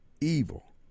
evil